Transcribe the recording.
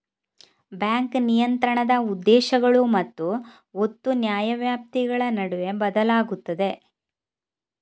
bank ನಿಯಂತ್ರಣದ ಉದ್ದೇಶಗಳು ಮತ್ತು ಒತ್ತು ನ್ಯಾಯವ್ಯಾಪ್ತಿಗಳ ನಡುವೆ ಬದಲಾಗುತ್ತವೆ